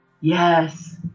Yes